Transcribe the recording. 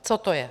Co to je?